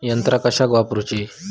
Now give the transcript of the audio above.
यंत्रा कशाक वापुरूची?